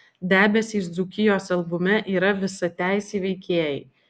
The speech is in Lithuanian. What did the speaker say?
debesys dzūkijos albume yra visateisiai veikėjai